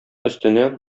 өстенә